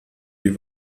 die